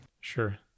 Sure